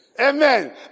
Amen